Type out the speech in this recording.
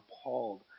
appalled